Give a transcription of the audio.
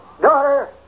Daughter